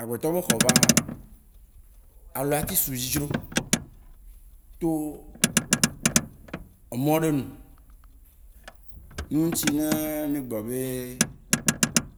Agbe tɔ be xɔ vaa, alɔ la te su edzi dzro to emɔ ɖe nu. Ye ŋutsi ne mí gblɔ be